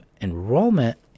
Enrollment